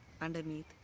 underneath